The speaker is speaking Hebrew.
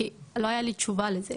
כי לא היה לי תשובה לזה,